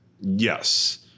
Yes